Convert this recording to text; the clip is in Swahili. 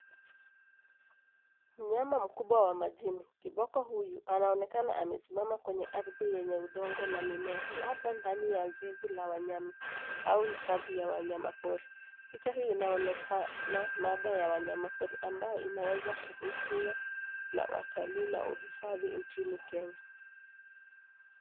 Mnyama mkubwa wa majini. Kiboko huyu anaonekana amesimama kwenye ardhi yenye udongo na mimea, labda ndani ya zizi la wanyama, au hifadhi ya wanyama pori. Picha hii inaonekana baada ya wanyama pori ambao inaweza kuhusu na watalii na uhifadhi inchini Kenya.